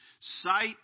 sight